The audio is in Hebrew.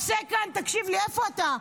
אתה עושה כאן, תקשיב לי, איפה אתה?